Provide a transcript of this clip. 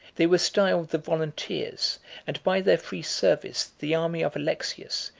they were styled the volunteers and by their free service the army of alexius,